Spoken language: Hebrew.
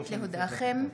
מתכבדת להודיעכם,